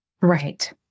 right